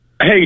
Hey